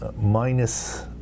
minus